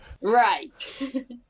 right